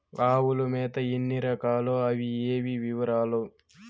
ఆవుల మేత ఎన్ని రకాలు? అవి ఏవి? వివరాలు?